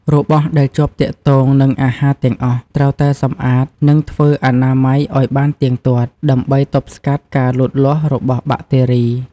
របស់ដែលជាប់ទាក់ទងនិងអាហារទាំងអស់ត្រូវតែសម្អាត និងធ្វើអនាម័យឱ្យបានទៀងទាត់ ដើម្បីទប់ស្កាត់ការលូតលាស់របស់បាក់តេរី។